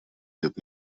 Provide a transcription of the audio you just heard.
нет